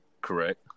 Correct